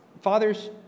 Fathers